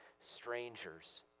strangers